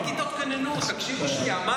לשיטתי אגב, הוא עונה על השאלות.